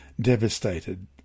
devastated